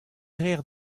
reer